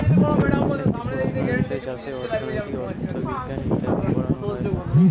economics একটি পড়াশোনার বিষয় যাতে অর্থনীতি, অথবিজ্ঞান ইত্যাদি পড়ানো হয়